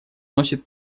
носит